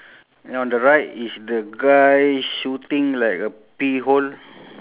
two of them but on the right the the towel the towel is falling down